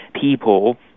people